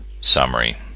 Summary